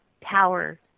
power